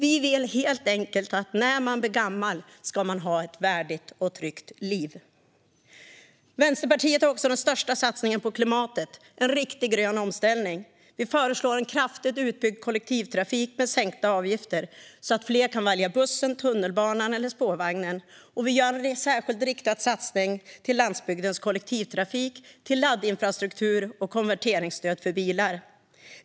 Vi vill helt enkelt att när man blir gammal ska man ha ett värdigt och tryggt liv. Vänsterpartiet har vidare den största satsningen på klimatet, en riktig grön omställning. Vi föreslår en kraftigt utbyggd kollektivtrafik med sänkta avgifter så att fler ska välja bussen, tunnelbanan eller spårvagnen. Vi gör även en särskild, riktad satsning till landsbygdens kollektivtrafik, laddinfrastruktur och konverteringsstöd för bilar.